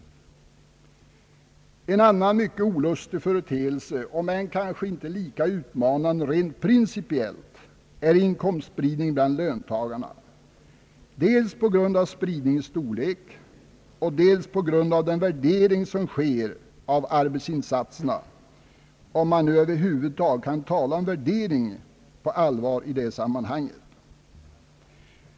En annan mycket olustig företeelse, om än kanske inte lika utmanande rent principiellt, är inkomstspridningen bland löntagarna, dels på grund av spridningens storlek, dels på grund av den värdering som sker av arbetsinsatserna — om man nu över huvud taget kan tala om värdering på allvar i det sammanhanget.